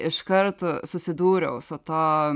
iš kart susidūriau su to